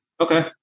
okay